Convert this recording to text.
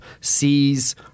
sees